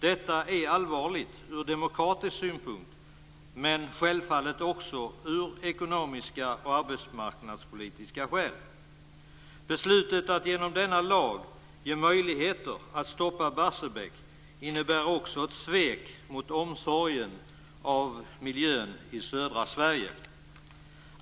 Detta är allvarligt från demokratisk synpunkt och självfallet också av ekonomiska och arbetsmarknadspolitiska skäl. Beslutet att genom denna lag ge möjligheter att stoppa Barsebäck innebär också ett svek mot omsorgen om miljön i södra Sverige.